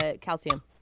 Calcium